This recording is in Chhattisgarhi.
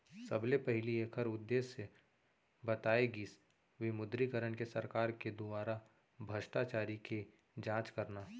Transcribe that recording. सबले पहिली ऐखर उद्देश्य बताए गिस विमुद्रीकरन के सरकार के दुवारा भस्टाचारी के जाँच करना